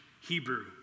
Hebrew